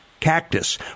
cactus